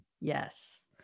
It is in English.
Yes